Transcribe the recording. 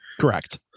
Correct